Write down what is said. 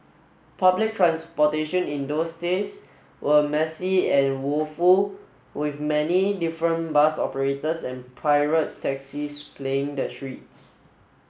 public transportation in those days were messy and woeful with many different bus operators and pirate taxis plying the streets